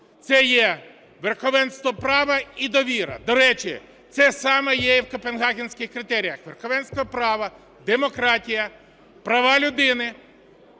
Це є верховенство права і довіра. До речі, це саме є в Копенгагенських критеріях: верховенство права, демократія, права людини,